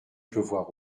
pleuvoir